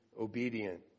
obedient